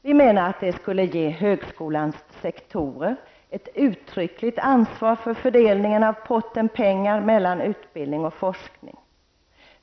Vi menar att det skulle ge högskolans sektorer ett uttryckligt ansvar för fördelningen av potten pengar mellan utbildning och forskning.